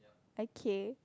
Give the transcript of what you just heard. okay